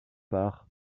par